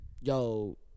yo